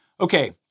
Okay